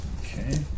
Okay